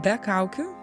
be kaukių